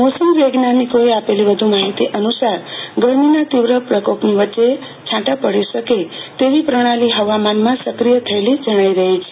મોસમ વૈજ્ઞાનિકોએ આપેલી વધુ માહિતી અનુસાર ગરમીના તીવ્ર પ્રકોપની વચ્ચે છાંય પડી શકે તેવી પ્રણાલી હવામાનમાં સક્રિય થયેલી જણાઈ છે